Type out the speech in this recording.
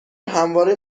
همواره